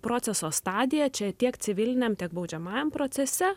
proceso stadija čia tiek civiliniam tiek baudžiamajam procese